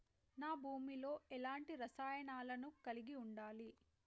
నా భూమి లో ఎలాంటి రసాయనాలను కలిగి ఉండాలి?